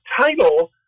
title